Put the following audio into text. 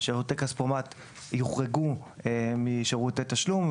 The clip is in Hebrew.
שירותי כספומט יוחרגו משירותי תשלום,